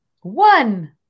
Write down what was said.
one